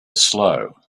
slow